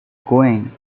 going